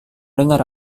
dengar